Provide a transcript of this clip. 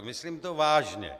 Myslím to vážně.